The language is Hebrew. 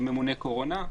ממונה קורונה.